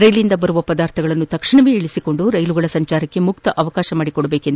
ರೈಲಿನಿಂದ ಬರುವ ಪದಾರ್ಥಗಳನ್ನು ತಕ್ಷಣವೇ ಇಳಿಸಿಕೊಂಡು ರೈಲುಗಳ ಸಂಚಾರಕ್ಷೆ ಮುಕ್ತ ಅವಕಾಶ ಮಾಡಿಕೊಡಬೇಕೆಂದು ಮನವಿ ಮಾಡಿದರು